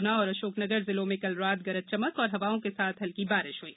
गुना और अशोकनगर जिलों में कल शाम गरज चमक और हवाओं के साथ हल्की बारिश हई